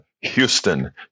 Houston